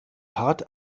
hart